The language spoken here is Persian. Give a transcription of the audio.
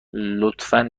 لطفا